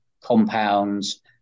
compounds